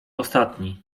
ostatni